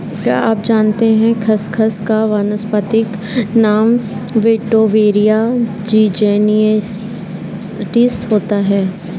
क्या आप जानते है खसखस का वानस्पतिक नाम वेटिवेरिया ज़िज़नियोइडिस होता है?